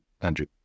Andrew